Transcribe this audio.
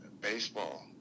baseball